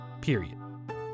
period